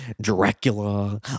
Dracula